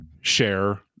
share